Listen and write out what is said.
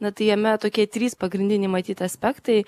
na tai jame tokie trys pagrindiniai matyt aspektai